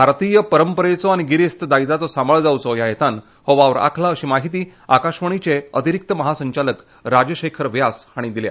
भारतिय परंपरेचो आनी गिरेस्त दायजाचो सांबाळ जावचो ह्या हेतान हो वावर आंखला अशी म्हायती आकाशवाणिचे अतिरिक्त महासंचालक राजशेखर व्यास हाणी सागले